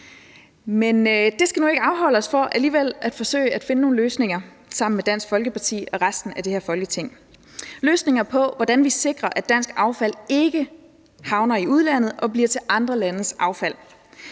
Men det skal nu ikke afholde os fra alligevel at forsøge at finde nogle løsninger sammen med Dansk Folkeparti og resten af det her Folketing – løsninger på, hvordan vi sikrer, at dansk affald ikke havner i udlandet og bliver til andre landes affald.